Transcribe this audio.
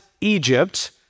Egypt